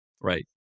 right